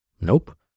Nope